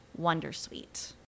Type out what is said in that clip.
Wondersuite